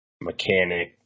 mechanic